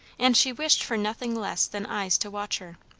and she wished for nothing less than eyes to watch her.